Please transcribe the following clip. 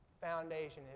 foundation